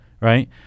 right